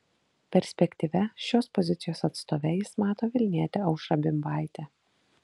perspektyvia šios pozicijos atstove jis mato vilnietę aušrą bimbaitę